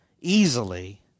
easily